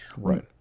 Right